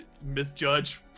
Misjudge